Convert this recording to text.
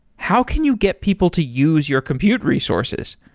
how can you get people to use your compute resources?